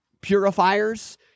purifiers